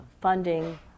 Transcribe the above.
funding